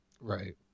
Right